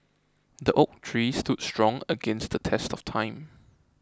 the oak tree stood strong against the test of time